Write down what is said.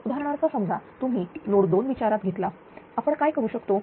उदाहरणार्थ समजा तुम्ही नोड 2 विचारात घेतला आपण काय करू शकतो